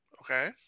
Okay